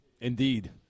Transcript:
Indeed